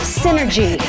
synergy